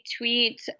tweet